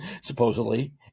supposedly